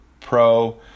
pro